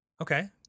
okay